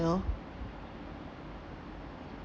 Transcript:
you know